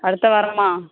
அடுத்த வாரமா